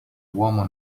uomo